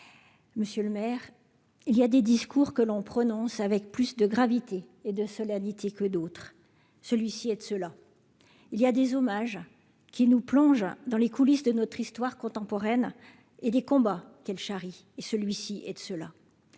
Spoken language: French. monsieur le maire, il y a des discours que l'on prononce avec plus de gravité et de solennité que d'autres, celui-ci est de ceux-là, il y a des hommages qui nous plonge dans les coulisses de notre histoire contemporaine et des combats qu'elle charrie et celui-ci est de ceux-là,